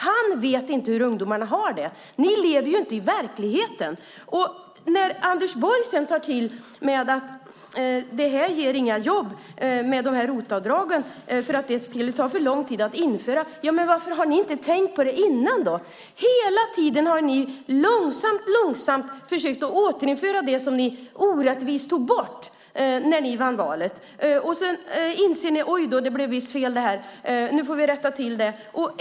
Han vet inte hur ungdomarna har det. Ni lever inte i verkligheten. Anders Borg säger sedan att det inte ger några jobb med ROT-avdragen eftersom de tar för lång tid att införa. Varför har ni inte tänkt på det innan? Hela tiden har ni mycket långsamt försökt att återinföra det som ni orättvist tog bort när ni vann valet. Sedan inser ni: Oj då, det blev visst fel. Nu får vi rätta till det.